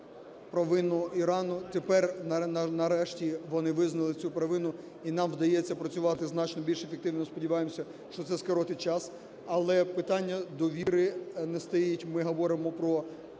провину Ірану. Тепер, нарешті, вони визнали цю провину, і нам вдається працювати значно більш ефективно. Сподіваємося, що це скоротить час. Але питання довіри не стоїть, ми говоримо про